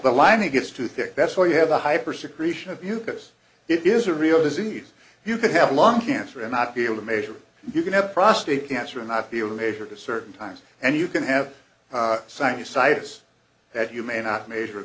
the line it gets too thick that's where you have a hyper secretion of you because it is a real disease you could have lung cancer and not be able to measure you can have prostate cancer and i feel a major to certain times and you can have sinusitis that you may not major